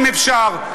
אם אפשר.